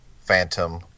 phantom